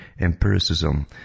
empiricism